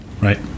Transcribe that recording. Right